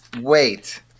Wait